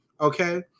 Okay